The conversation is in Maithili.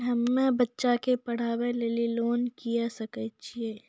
हम्मे बच्चा के पढ़ाई लेली लोन लिये सकय छियै?